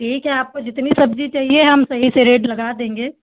ठीक है आपको जितनी सब्जी चाहिए हम सही से रेट लगा देंगे